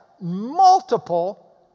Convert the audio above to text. multiple